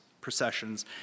processions